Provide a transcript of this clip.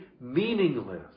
meaningless